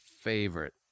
favorite